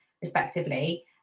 respectively